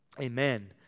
amen